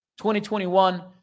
2021